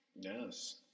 Yes